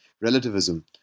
relativism